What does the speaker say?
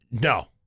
No